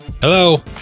Hello